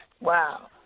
Wow